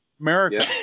America